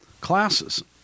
classes